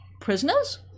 prisoners